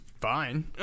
fine